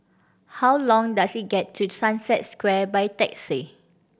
how long does it get to Sunset Square by taxi